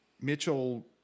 Mitchell